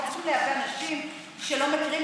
אנחנו לא צריכים לייבא אנשים שלא מכירים,